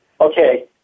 Okay